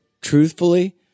truthfully